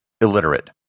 illiterate